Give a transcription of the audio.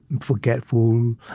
forgetful